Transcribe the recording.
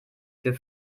für